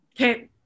Okay